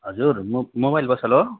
हजुर मु मोबाइल पसल हो